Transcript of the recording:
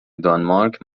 دانمارک